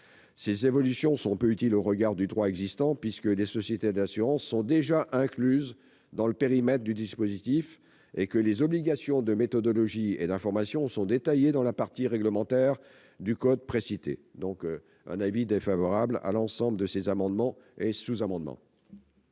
Ces évolutions sont peu utiles au regard du droit existant, puisque les sociétés d'assurances sont déjà incluses dans le périmètre du dispositif et que les obligations de méthodologie et d'information sont détaillées dans la partie réglementaire du code précité. L'avis est donc défavorable sur l'ensemble de ces amendements et sous-amendements.